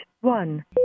one